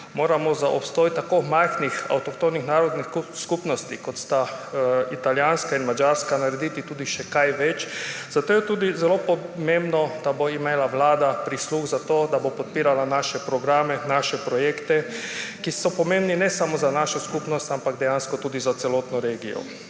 stoletju za obstoj tako majhnih avtohtonih narodnih skupnosti, kot sta italijanska in madžarska, narediti še kaj več. Zato je tudi zelo pomembno, da bo imela Vlada posluh za to, da bo podpirala naše programe, naše projekte, ki so pomembni ne samo za našo skupnost, ampak dejansko tudi za celotno regijo.